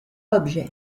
objets